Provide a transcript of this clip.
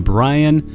Brian